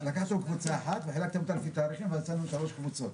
לקחתם קבוצה אחת וחילקתם אותה לפי תאריכים ויצא לנו שלוש קבוצות.